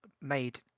made